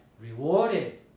rewarded